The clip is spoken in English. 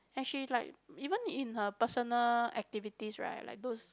and she like even in her personal activities right like those